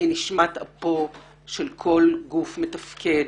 ביקורת היא נשמת אפו של כל גוף מתפקד,